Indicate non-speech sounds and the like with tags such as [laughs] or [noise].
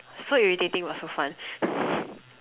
so irritating but so fun [laughs]